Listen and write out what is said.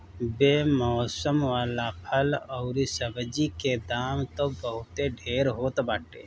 बेमौसम वाला फल अउरी सब्जी के दाम तअ बहुते ढेर होत बाटे